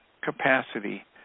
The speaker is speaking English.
capacity